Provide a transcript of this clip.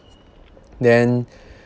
then